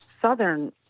southern